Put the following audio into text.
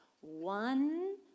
One